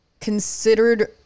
considered